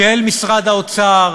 של משרד האוצר,